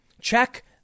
check